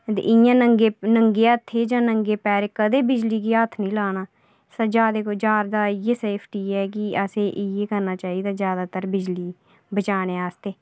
ते इ'यां नंगे हत्थें नंगे पैरे कदें बिजली गी हत्थ नेईं लाना जैदा कोला जैदा इ'यै सेफ्टी ऐ कि असें इ'यै करना चाहिदा जैदातर बिजली बचाने आस्तै